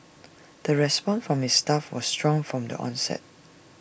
the response from its staff was strong from the onset